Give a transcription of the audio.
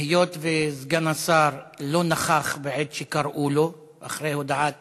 היות שסגן השר לא נכח בעת שקראו לו אחרי הודעת